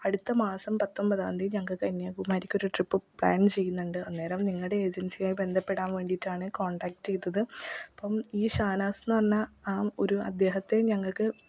അടുത്ത മാസം പത്തൊമ്പതാം തീയതി ഞങ്ങള്ക്ക് കന്യാകുമാരിക്കൊരു ട്രിപ്പ് പ്ലാൻ ചെയ്യുന്നുണ്ട് അന്നേരം നിങ്ങളുടെ ഏജൻസിയായി ബന്ധപ്പെടാൻ വേണ്ടിയിട്ടാണ് കോൺടാക്റ്റ് ചെയ്തത് അപ്പോള് ഈ ഷാനാസ് എന്നു പറഞ്ഞ ആ ഒരു അദ്ദേഹത്തെയും ഞങ്ങള്ക്ക്